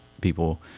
people